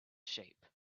shape